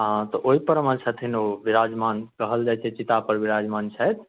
हँ तऽ ओहिपर मे छथिन ओ विराजमान कहल जाइ छै चितापर विराजमान छथि